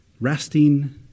resting